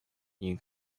you